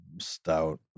stout